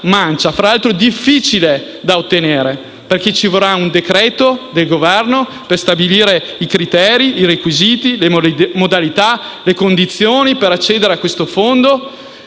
tra l'altro difficile da ottenere, perché ci vorrà un decreto del Governo per stabilire i criteri, i requisiti, le modalità e le condizioni per accedere a questo fondo,